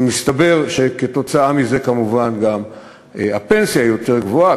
מסתבר שכתוצאה מזה כמובן גם הפנסיה היא יותר גבוהה,